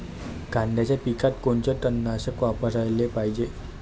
कांद्याच्या पिकात कोनचं तननाशक वापराले पायजे?